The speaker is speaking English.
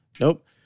nope